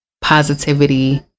Positivity